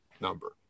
number